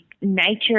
nature